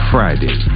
Friday